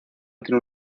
tiene